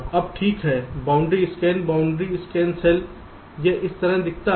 अब ठीक है boundary scan boundary scan cell यह इस तरह दिखता है